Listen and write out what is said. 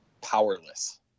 powerless